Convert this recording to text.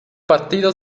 partido